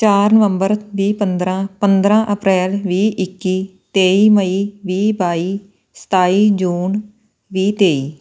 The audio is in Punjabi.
ਚਾਰ ਨਵੰਬਰ ਵੀਹ ਪੰਦਰਾਂ ਪੰਦਰਾਂ ਅਪ੍ਰੈਲ ਵੀਹ ਇੱਕੀ ਤੇਈ ਮਈ ਵੀਹ ਬਾਈ ਸਤਾਈ ਜੂਨ ਵੀਹ ਤੇਈ